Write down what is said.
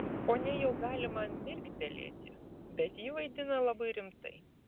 ponia jau gali man mirktelėti bet ji vaidina labai rimtai